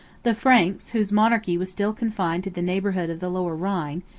the franks, whose monarchy was still confined to the neighborhood of the lower rhine,